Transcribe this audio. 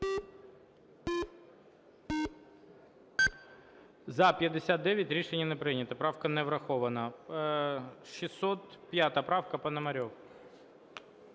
За-59 Рішення не прийнято. Правка не врахована. 605 правка, Пономарьов.